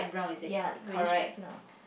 ya reddish light brown